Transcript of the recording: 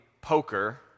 poker